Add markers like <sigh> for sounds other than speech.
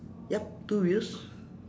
yup two wheels <breath>